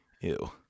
Ew